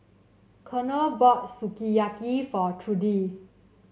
Konnor bought Sukiyaki for Trudi